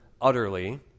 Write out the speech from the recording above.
utterly